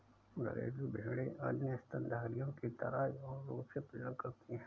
घरेलू भेड़ें अन्य स्तनधारियों की तरह यौन रूप से प्रजनन करती हैं